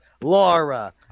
laura